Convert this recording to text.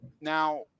Now